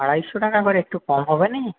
আড়াইশো টাকা করে একটু কম হবে না